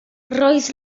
roedd